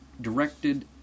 directed